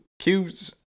Cubes